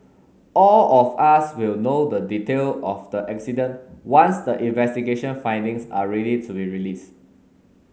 all of us will know the detail of the accident once the investigation findings are ready to be released